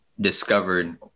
discovered